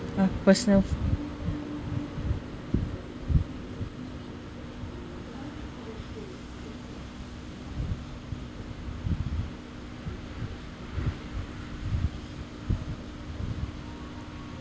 uh personal